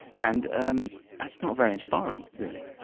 and um that's not very inspiring, really.